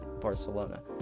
Barcelona